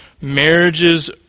marriages